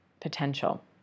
potential